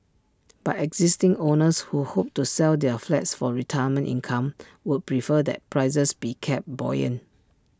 but existing owners who hope to sell their flats for retirement income would prefer that prices be kept buoyant